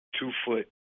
two-foot